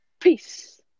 Peace